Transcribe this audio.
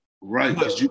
right